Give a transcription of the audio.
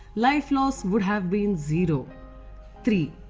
life loss would have been zero three.